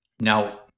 Now